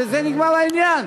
ובזה נגמר העניין.